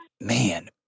man